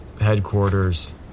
headquarters